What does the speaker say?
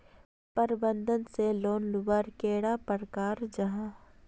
प्रबंधन से लोन लुबार कैडा प्रकारेर जाहा?